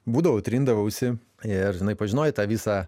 būdavau trindavausi ir žinai pažinojai tą visą